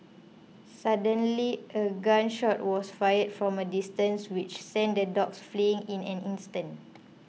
suddenly a gun shot was fired from a distance which sent the dogs fleeing in an instant